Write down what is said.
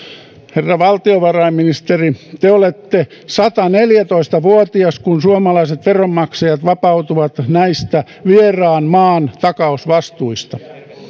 herra valtiovarainministeri te olette sataneljätoista vuotias kun suomalaiset veronmaksajat vapautuvat näistä vieraan maan takausvastuista